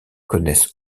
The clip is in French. connaissent